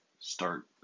start